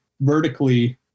vertically